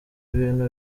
ibintu